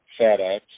FedEx